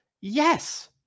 Yes